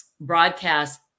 broadcast